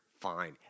fine